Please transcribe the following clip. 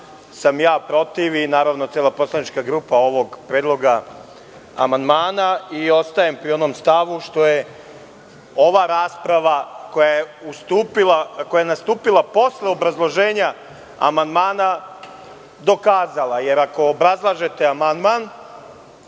da sam protiv i, naravno, cela poslanička grupa ovog predloga amandmana, i ostajem pri onom stavu što je ova rasprava koja je nastupila posle obrazloženja amandmana dokazala. Jer, ako obrazlažete amandman